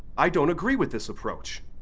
i don't agree with this approach.